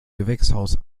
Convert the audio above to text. gewächshaus